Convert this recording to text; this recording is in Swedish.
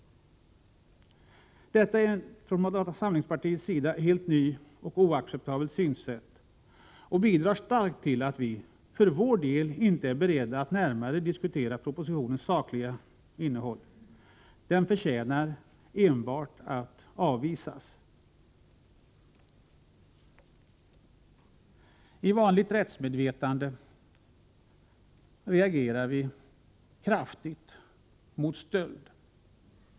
Detta är ett helt nytt och för moderata samlingspartiet oacceptabelt synsätt, som starkt bidrar till att vi för vår del inte är beredda att närmare diskutera propositionens sakliga innehåll. Den förtjänar enbart att avvisas. I vanligt rättsmedvetande reagerar vi kraftigt mot stöld.